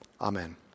Amen